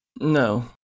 No